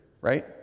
right